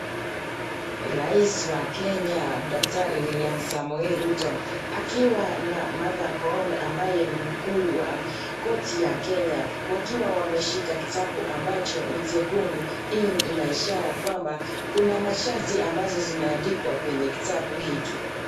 Rais wa kenya daktari Wlliam Samoi Ruto akiwa na Martha Koome ambaye ni mkuu wa koti ya kenya, wakiwa wameshika kibabu ambacho ni jekundu. Hii ni ishara kwamba kuna masharti ambazo zimeandikwa kwenye kitabu hiki.